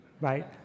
right